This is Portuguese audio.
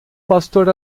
pastor